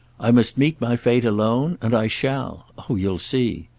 i must meet my fate alone, and i shall oh you'll see!